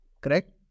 correct